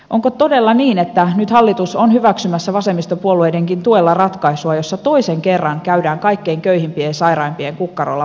onko todella niin että nyt hallitus on hyväksymässä vasemmistopuolueidenkin tuella ratkaisua jossa toisen kerran käydään kaikkein köyhimpien ja sairaimpien kukkarolla matkakorvausten osalta